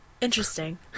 Interesting